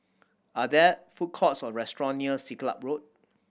are there food courts or restaurant near Siglap Road